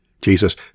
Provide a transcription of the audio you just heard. Jesus